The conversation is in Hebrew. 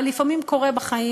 אבל לפעמים קורה בחיים,